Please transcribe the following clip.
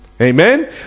Amen